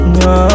no